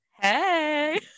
Hey